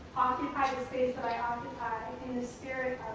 occupy the space that i occupy so